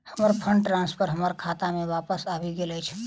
हमर fund transfer हमर खाता मे बापस आबि गइल अछि